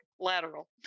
Lateral